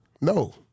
No